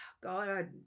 God